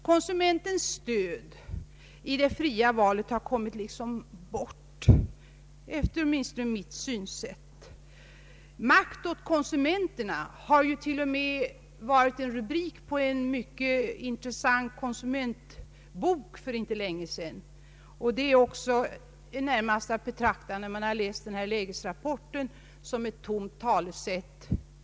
Konsumentens stöd i det fria valet har liksom kommit bort, efter åtminstone mitt synsätt. ”Makt åt konsumenterna” har ju till och med varit en rubrik på en mycket intressant konsumentbok för inte länge sedan, och det är också närmast att betrakta, när man läst lägesrapporten, som ett tomt talesätt.